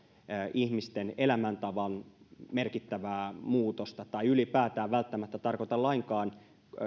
ihmisten elämäntavan merkittävää muutosta tai ylipäätään välttämättä tarkoita lainkaan